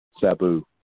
Sabu